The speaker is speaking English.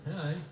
Hi